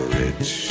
rich